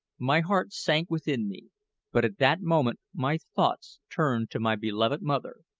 my heart sank within me but at that moment my thoughts turned to my beloved mother,